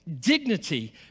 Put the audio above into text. dignity